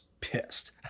pissed